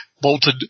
bolted